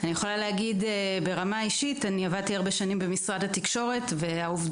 אני יכולה להגיד ברמה האישית שעבדתי הרבה שנים במשרד התקשורת והרבה